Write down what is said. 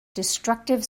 destructive